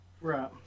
Right